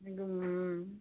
हुँ